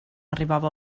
arribava